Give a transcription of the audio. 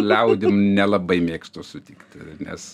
liaudim nelabai mėgstu sutikti nes